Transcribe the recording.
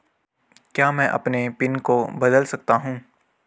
क्या मैं अपने पिन को बदल सकता हूँ?